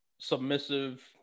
Submissive